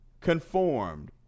conformed